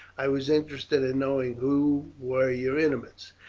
i was interested in knowing who were your intimates,